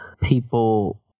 people